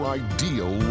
ideal